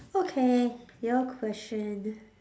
okay your question